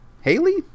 Haley